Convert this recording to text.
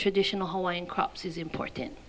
traditional hawaiian crops is important